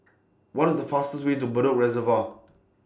What IS The fastest Way to Bedok Reservoir